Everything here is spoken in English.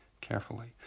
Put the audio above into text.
carefully